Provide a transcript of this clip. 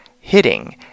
hitting